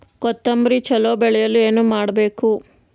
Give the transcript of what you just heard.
ಕೊತೊಂಬ್ರಿ ಚಲೋ ಬೆಳೆಯಲು ಏನ್ ಮಾಡ್ಬೇಕು?